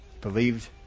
Believed